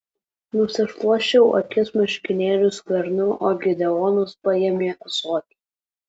nusišluosčiau akis marškinėlių skvernu o gideonas paėmė ąsotį